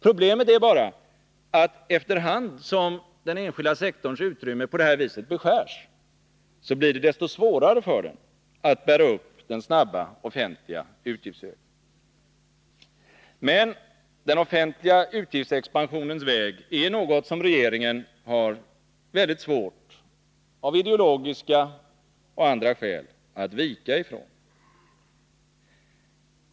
Problemet är bara att efter hand som den enskilda sektorns utrymme på det här viset beskärs, blir det desto svårare för denna att bära upp den snabba offentliga utgiftsökningen. Men den offentliga utgiftsexpansionens väg är något som regeringen av ideologiska och andra skäl har väldigt svårt att vika ifrån.